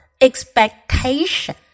expectation